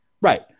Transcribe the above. right